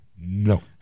No